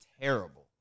terrible